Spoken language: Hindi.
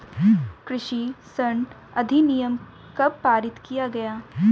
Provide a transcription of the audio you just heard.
कृषि ऋण अधिनियम कब पारित किया गया?